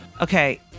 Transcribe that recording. Okay